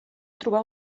trobar